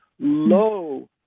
Low